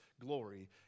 glory